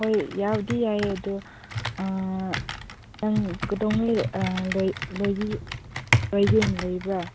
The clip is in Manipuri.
ꯍꯣꯏ ꯌꯥꯕꯨꯗꯤ ꯌꯥꯏ ꯑꯗꯨ ꯅꯪ ꯀꯩꯗꯧꯉꯩ ꯂꯣꯏꯒꯦ ꯍꯥꯏꯅ ꯂꯩꯕ꯭ꯔꯥ